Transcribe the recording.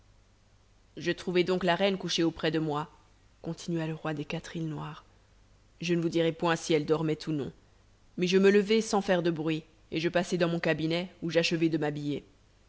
je trouvai donc la reine couchée auprès de moi continua le roi des quatre îles noires je ne vous dirai point si elle dormait ou non mais je me levai sans faire de bruit et je passai dans mon cabinet où j'achevai de m'habiller